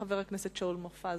חבר הכנסת שאול מופז,